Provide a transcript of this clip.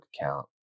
account